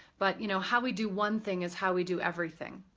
but, you know, how we do one thing is how we do everything,